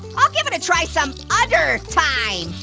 i'll give it a try some udder time.